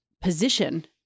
position